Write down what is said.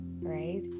right